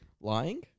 lying